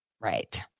Right